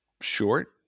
short